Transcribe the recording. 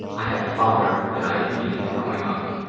i had the father that i had needed growing up.